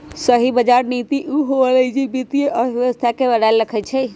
सही बजार नीति उ होअलई जे वित्तीय अर्थव्यवस्था के बनाएल रखई छई